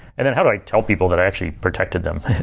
and then how do i tell people that i actually protected them?